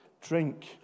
Drink